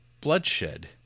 bloodshed